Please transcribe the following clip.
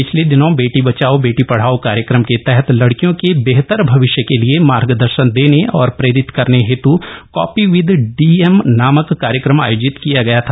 पिछले दिनों बेटी बचाओ बेटी पढ़ाओ कार्यक्रम के तहत लड़कियों के बेहतर भविष्य के लिए मार्गदर्शन देने और प्रेरित करने हेत् कॉपी विद डीएम नामक कार्यक्रम आयोजित किया गया था